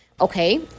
Okay